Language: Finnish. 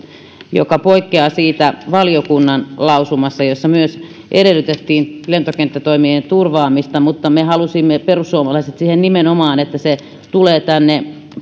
joka poikkeaa siitä valiokunnan lausumasta jossa myös edellytettiin lentokenttätoimien turvaamista mutta me perussuomalaiset halusimme siihen nimenomaan että se tulee tänne